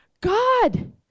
God